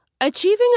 Achieving